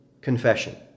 confession